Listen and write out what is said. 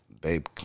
babe